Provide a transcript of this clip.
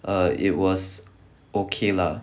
err it was okay lah